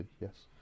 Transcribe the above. yes